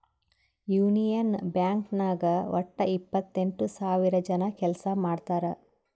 union Bank ನಾಗ್ ವಟ್ಟ ಎಪ್ಪತ್ತೆಂಟು ಸಾವಿರ ಜನ ಕೆಲ್ಸಾ ಮಾಡ್ತಾರ್